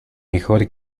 mejor